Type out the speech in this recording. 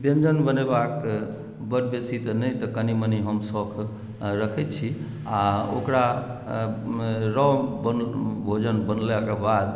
व्यञ्जन बनेबाक बड बेसी तऽ नहि तऽ कनि मनि हम शौख रखैत छी आ ओकरा रौ बन भोजन बनेलाके बाद